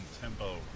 Tempo